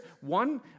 one